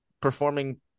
performing